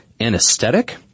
anesthetic